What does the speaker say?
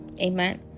Amen